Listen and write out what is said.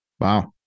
Wow